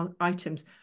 items